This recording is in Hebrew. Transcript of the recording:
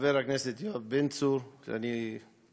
חבר הכנסת יואב בן צור, אני נהנה